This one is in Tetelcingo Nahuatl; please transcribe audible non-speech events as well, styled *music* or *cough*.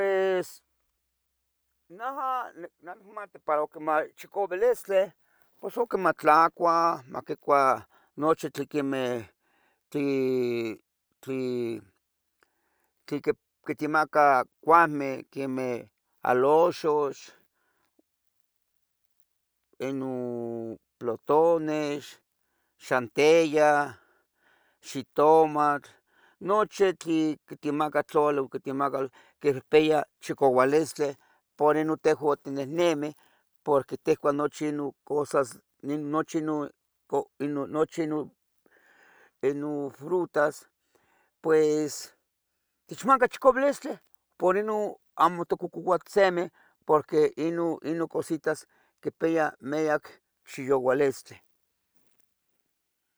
Pues naja para nachmaca chicavilistli matlacua, maquicua nochi tlen quimeh tlen *hesitation* quitemaca comeh quemeh: aloxox, inon plotonex, xanteya, xitomatl. Nochi tlin quitemaca tlali, nochi tlen quipeya chicaualistli para no tehuan itnehnemih porque ticuah nochi Inon cosas, *hesitation* Inon fruta, techmaca chicaualistli por Inon itmococouah semeh porque inon cositas quepeya miyac chicaualistli.